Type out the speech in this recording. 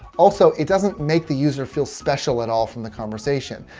also, it doesn't make the user feel special at all from the conversation.